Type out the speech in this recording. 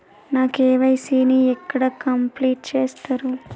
నా కే.వై.సీ ని ఎక్కడ కంప్లీట్ చేస్తరు?